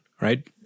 right